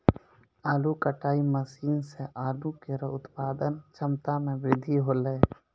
आलू कटाई मसीन सें आलू केरो उत्पादन क्षमता में बृद्धि हौलै